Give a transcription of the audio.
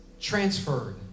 transferred